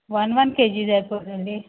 one one KG जी जाय सगळे न्ही